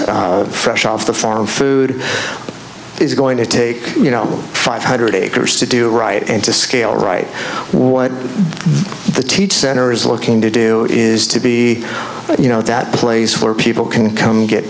kitchens fresh off the farm food is going to take you know five hundred acres to do right and to scale right what the teach center is looking to do is to be you know that place where people can come get